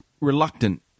reluctant